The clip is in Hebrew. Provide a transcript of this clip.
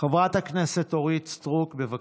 חברת הכנסת אורית סטרוק, בבקשה.